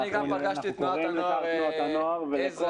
אנחנו קוראים לשאר תנועות הנוער ולכול